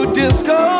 disco